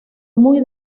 muy